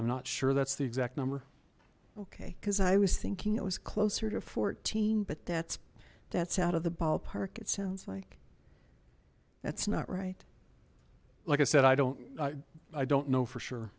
i'm not sure that's the exact number okay because i was thinking it was closer to fourteen but that's that's out of the ballpark it sounds like that's not right like i said i don't i i don't know for sure